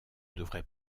devrait